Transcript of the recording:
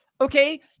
okay